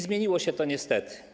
Zmieniło się to, niestety.